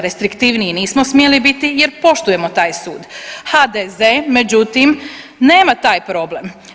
Restriktivniji nismo smjeli biti jer poštujemo taj sud, HDZ međutim, nema taj problem.